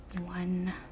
one